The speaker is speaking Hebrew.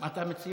מה אתה מציע?